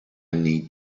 need